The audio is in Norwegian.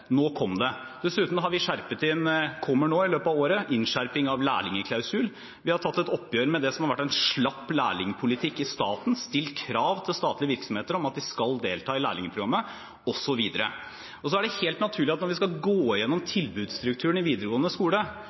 Nå kom det. Dessuten har vi skjerpet inn – det kommer nå i løpet av året – lærlingklausulen. Vi har tatt et oppgjør med det som har vært en slapp lærlingpolitikk i staten, stilt krav til statlige virksomheter om at de skal delta i lærlingprogrammet osv. Og så er det helt naturlig at når vi skal gå gjennom tilbudsstrukturen i videregående skole,